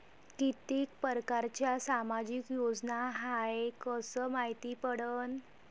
कितीक परकारच्या सामाजिक योजना हाय कस मायती पडन?